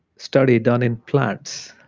study done in plants.